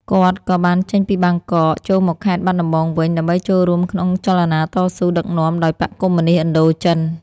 គាត់ក៏បានចេញពីបាងកក ចូលមកខេត្តបាត់ដំបងវិញ ដើម្បីចូលរួមក្នុងចលនាតស៊ូ ដឹកនាំដោយបក្សកុម្មុយនិស្តឥណ្ឌូចិន។